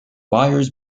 buyers